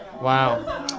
Wow